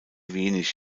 wenig